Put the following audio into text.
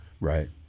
Right